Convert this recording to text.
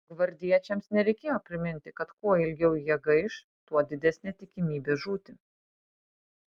gvardiečiams nereikėjo priminti kad kuo ilgiau jie gaiš tuo didesnė tikimybė žūti